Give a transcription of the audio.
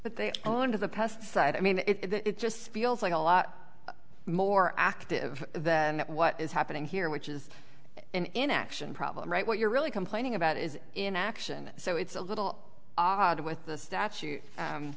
but they go into the pest side i mean it just feels like a lot more active than what is happening here which is in action problem right what you're really complaining about is in action so it's a little odd with the statute